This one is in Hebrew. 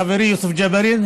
חברי יוסף ג'בארין,